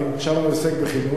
עכשיו אני עוסק בחינוך,